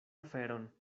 oferon